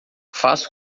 faça